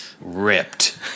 ripped